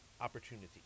opportunity